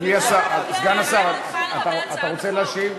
אדוני סגן השר, אתה רוצה להשיב?